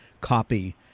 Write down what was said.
copy